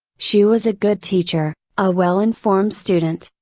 she was a good teacher, a well informed student,